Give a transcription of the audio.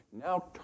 now